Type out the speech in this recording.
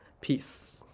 Peace